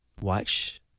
Watch